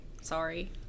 Sorry